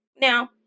Now